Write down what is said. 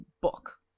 book